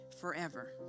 forever